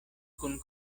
kun